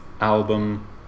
album